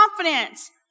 confidence